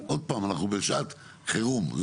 אנחנו בשעת חירום.